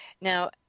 Now